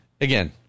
Again